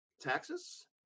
taxes